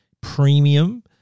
Premium